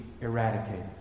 eradicated